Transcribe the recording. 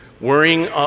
Worrying